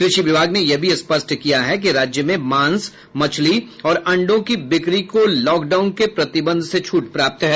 कृषि विभाग ने यह भी स्पष्ट किया है कि राज्य में मांस मछली और अंडों की बिक्री को लॉकडाउन के प्रतिबंध से छूट प्राप्त है